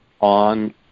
on